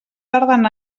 tarden